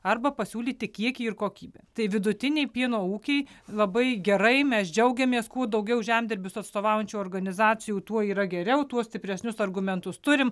arba pasiūlyti kiekį ir kokybę tai vidutiniai pieno ūkiai labai gerai mes džiaugiamės kuo daugiau žemdirbius atstovaujančių organizacijų tuo yra geriau tuo stipresnius argumentus turim